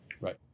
right